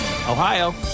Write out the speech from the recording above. Ohio